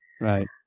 Right